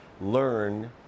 learn